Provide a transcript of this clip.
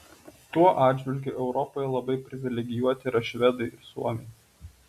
tuo atžvilgiu europoje labai privilegijuoti yra švedai ir suomiai